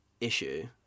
issue